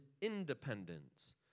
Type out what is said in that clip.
independence